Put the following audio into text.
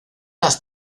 las